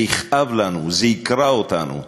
זה יכאב לנו, זה יקרע אותנו,